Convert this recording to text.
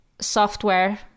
software